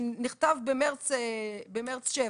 שנכתב במרץ 2023,